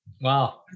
Wow